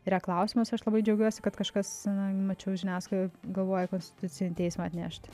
yra klausimas aš labai džiaugiuosi kad kažkas na mačiau žiniasklaidoj galvoja į konstitucinį teismą atnešti